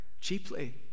cheaply